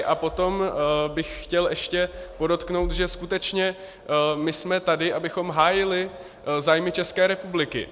A potom bych chtěl ještě podotknout, že skutečně jsme tady, abychom hájili zájmy České republiky.